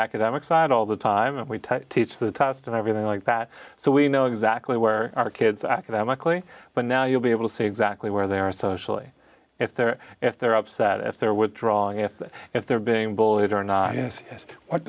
academic side all the time and we tell teach the test and everything like that so we know exactly where our kids academically but now you'll be able to see exactly where they are socially if they're if they're upset if they're withdrawing if if they're being bullied or not